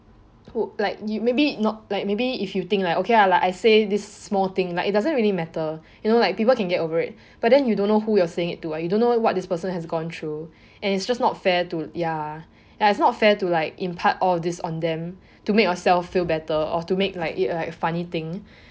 like you maybe not like maybe if you think like okay lah I say this small thing like it doesn't really matter you know like people can get over it but then you don't know who you are saying it to you don't know what this people has gone through and it just not fair to ya it's not fair to like impart all of this on them to make yourself feel better or to make like it a funny thing